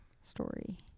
story